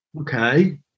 Okay